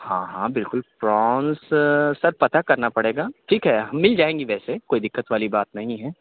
ہاں ہاں بالکل پرانس سر پتہ کرنا پڑے گا ٹھیک ہے مِل جائیں گی ویسے کوئی دقت والی بات نہیں ہے